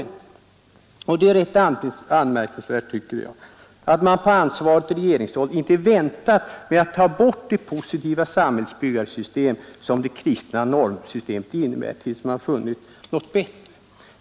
Det är rätt anmärkningsvärt, tycker jag, att man på ansvarigt regeringshåll inte väntar med att ta bort det positiva samhällsbyggarsystem som det kristna normsystemet innebär tills man funnit något bättre.